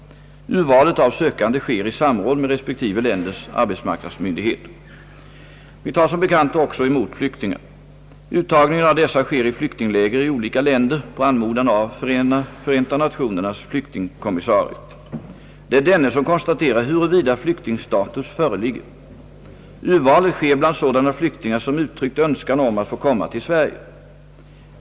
Urvalet av sökande sker i samråd med respektive länders arbetsmarknadsmyndigheter. Vi tar som bekant också emot flyktingar. Uttagningen av dessa sker i flyktingläger i olika länder på anmodan av Förenta Nationernas flyktingkommissarie. Det är denne som konstaterar huruvida flyktingstatus föreligger. Urvalet sker bland sådana flyktingar som uttryckt önskan om att få komma till Sverige.